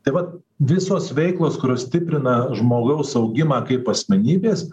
taip vat visos veiklos kurios stiprina žmogaus augimą kaip asmenybės